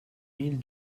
mille